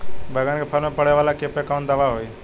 बैगन के फल में पड़े वाला कियेपे कवन दवाई होई?